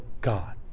God